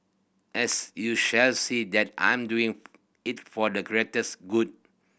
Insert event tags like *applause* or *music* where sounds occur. as you shall see that I'm doing it for the greater *unintelligible* good